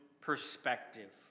perspective